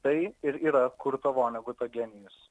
tai ir yra kurto voneguto genijus